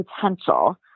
potential